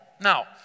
now